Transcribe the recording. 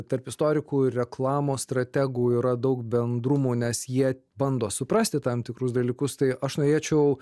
tarp istorikų ir reklamos strategų yra daug bendrumų nes jie bando suprasti tam tikrus dalykus tai aš norėčiau